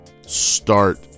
Start